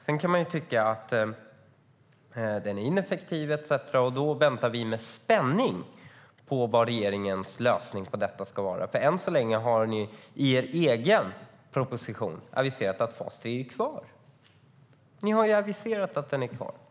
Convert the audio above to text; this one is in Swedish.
Man kan tycka att den är ineffektiv etcetera. Då väntar vi med spänning på regeringens lösning på detta. Än så länge har ni i er egen proposition aviserat att fas 3 är kvar. Ni har ju aviserat att den är kvar.